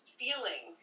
feeling